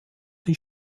die